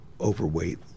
overweight